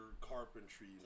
carpentry